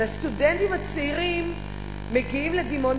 והסטודנטים הצעירים מגיעים לדימונה,